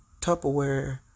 Tupperware